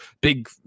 big